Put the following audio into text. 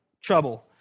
trouble